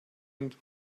and